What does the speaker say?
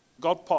God